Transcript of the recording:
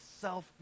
self